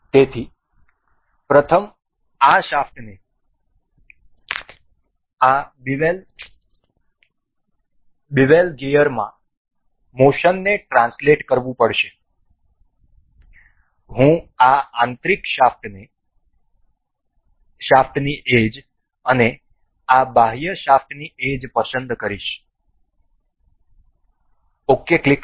તેથી પ્રથમ આ શાફ્ટને આ બેવલ ગિયરમાં મોશનને ટ્રાન્સલેટ કરવું પડશે હું આ આંતરિક શાફ્ટની એજ અને આ બાહ્ય શાફ્ટની એજ પસંદ કરીશ ok ક્લિક કરો